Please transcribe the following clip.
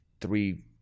three